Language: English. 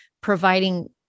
providing